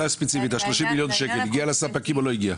ספציפית - ה-30 מיליון הגיע לספקים או לא הגיע?